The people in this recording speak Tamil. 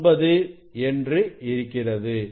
9 என்று இருக்கிறது